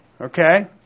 Okay